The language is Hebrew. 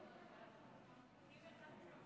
נגד,